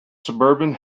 suburban